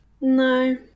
No